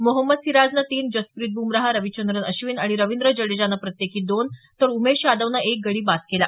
मोहम्मद सिराजनं तीन जसप्रित ब्मराह रविचंद्रन अश्विन आणि रविंद्र जडेजानं प्रत्येकी दोन तर उमेश यादवनं एक गडी बाद केला